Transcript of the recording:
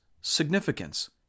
significance